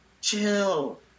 Chill